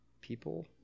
People